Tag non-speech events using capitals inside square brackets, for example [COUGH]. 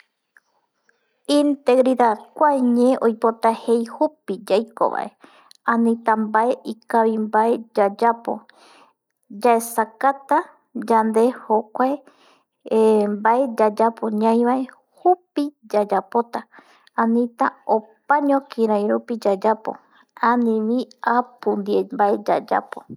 Integridad kuae ñe oipota jei jupi yaiko vae, anita mbae ikavi mbae yayapo yaesakata yande jokuae [HESITATION] mbae yayapo ñaivae jupi yayapota, anita opaño kirai rupi yayapo anivi apu ndie mbae yayapo